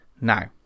Now